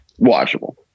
Watchable